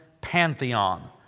pantheon